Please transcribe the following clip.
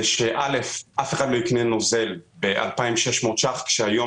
ראשית, אף אחד לא יקנה נוזל ב-2,600 שקלים כשהיום